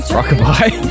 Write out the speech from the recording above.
Rockabye